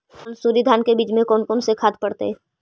मंसूरी धान के बीज में कौन कौन से खाद पड़तै?